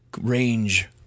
range